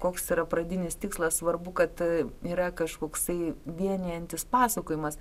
koks yra pradinis tikslas svarbu kad yra kažkoksai vienijantis pasakojimas